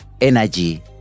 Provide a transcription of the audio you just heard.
energy